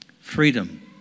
Freedom